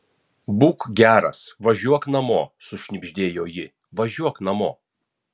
būk geras važiuok namo sušnibždėjo ji važiuok namo